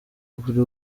buri